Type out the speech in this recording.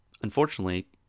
Unfortunately